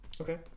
Okay